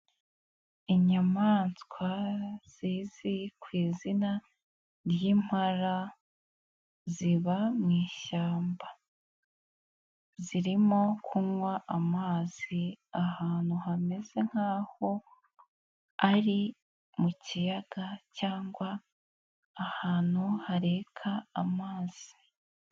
Inyamaswa zizi ku izina ry'impara ziba mu ishyamba, zirimo kunywa amazi ahantu hameze nk'aho ari mu kiyaga cyangwa ahantu hareka amazi.